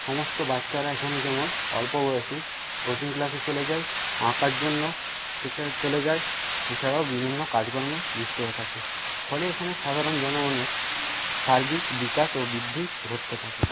সমস্ত বাচ্চারা এখানে যেমন অল্প বয়সি কোচিং ক্লাসে চলে যায় আঁকার জন্য শিখতে চলে যায় এছাড়াও বিভিন্ন কাজকর্মে লিপ্ত হয়ে থাকে ফলে এখানে সাধারণ জনগণের সার্বিক বিকাশ ও বৃদ্ধি ঘটতে থাকে